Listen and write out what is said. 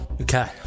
Okay